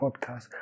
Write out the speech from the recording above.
podcast